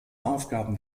aufgaben